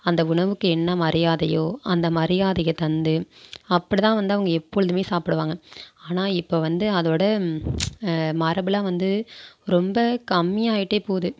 அந்த உணவுக்கு என்ன மரியாதையோ அந்த மரியாதையை தந்து அப்படி தான் வந்து அவங்க எப்பொழுதுமே சாப்பிடுவாங்க ஆனால் இப்போ வந்து அதோடய மரபெலாம் வந்து ரொம்ப கம்மியாயிகிட்டே போகுது